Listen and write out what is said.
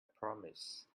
promise